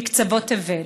מקצות תבל,